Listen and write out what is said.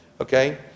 Okay